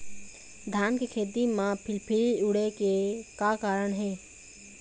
धान के खेती म फिलफिली उड़े के का कारण हे?